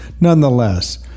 nonetheless